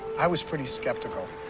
i was pretty skeptical.